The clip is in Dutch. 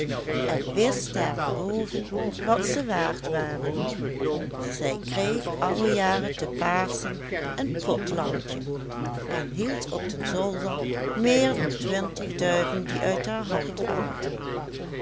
en wist daarenboven wat ze waard waren zij kreeg alle jaren te paschen een pot lammetje en hield op den zolder meer dan twintig duiven die uit haar hand aten